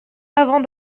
avant